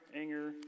anger